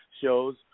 shows